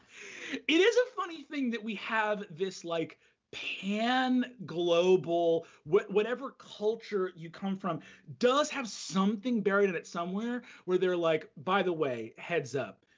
it it is a funny thing that we have this like pan global, whatever culture you come from does have something buried in it somewhere where they're like, by the way, heads up,